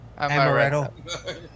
Amaretto